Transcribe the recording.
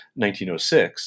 1906